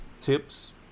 tips